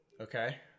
Okay